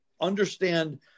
understand